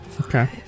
Okay